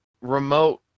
remote